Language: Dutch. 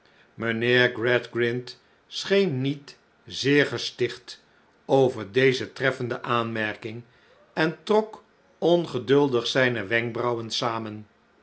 mijnheer gradgrind scheen niet zeer gesticht over deze treffende aanmerking en trok ongeduldig zijne wenkbrauwen samen